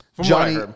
Johnny